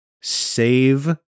save